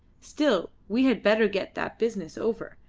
still we had better get that business over,